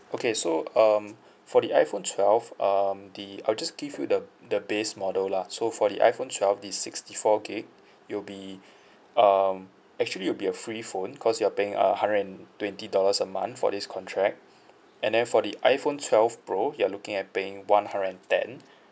okay so um for the iphone twelve um the I'll just give you the the base model lah so for the iphone twelve the sixty four gig it'll be um actually will be a free phone cause you're paying uh hundred and twenty dollars a month for this contract and then for the iphone twelve pro you're looking at paying one hundred and ten